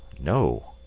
no.